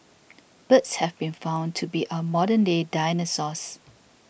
birds have been found to be our modern day dinosaurs